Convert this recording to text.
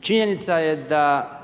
Činjenica je da